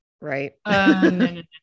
right